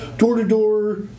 door-to-door